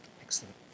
Excellent